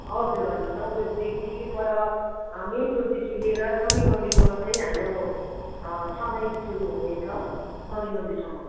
हजुर हजुर नौ बजीदेखि पर मेन रोडदेखि लिएर शनि मन्दिरसम्म चाहिँ हाम्रो सफाइ सुरु हुनेछ शनि मन्दिरसम्म